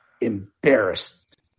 embarrassed